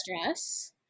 Stress